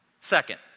Second